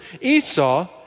Esau